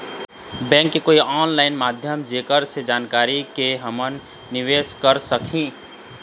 Bank के कोई online माध्यम जेकर से जानकारी के के हमन निवेस कर सकही?